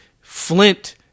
Flint